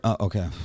Okay